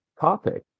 topic